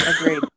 Agreed